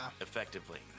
effectively